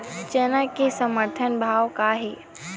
चना के समर्थन भाव का हे?